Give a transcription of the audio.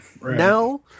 Now